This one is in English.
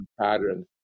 pattern